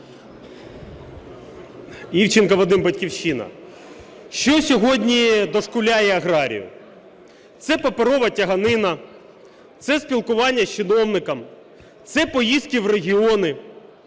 Івченко Вадим, "Батьківщина". Що сьогодні дошкуляє аграріям. Це паперова тяганина. Це спілкування з чиновником. Це поїздки в регіони.